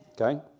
okay